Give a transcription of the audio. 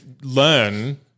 Learn